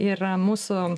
ir mūsų